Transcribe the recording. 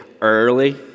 early